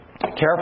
Careful